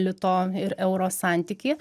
lito ir euro santykį